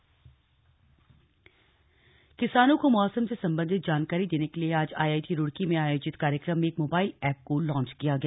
app launch किसानों को मौसम से संबंधित जानकारी देने के लिए आज आईआईटी रूड़की में आयोजित कार्यक्रम में एक मोबाइल एप को लांच किया गया